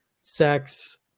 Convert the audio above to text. sex